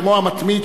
כמו "המתמיד",